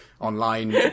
online